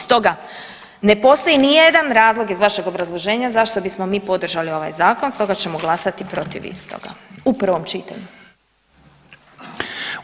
Stoga ne postoji nijedan razlog iz vašeg obrazloženja zašto bismo mi podržali ovaj zakon, stoga ćemo glasati protiv istoga u prvom čitanju.